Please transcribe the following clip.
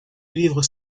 livres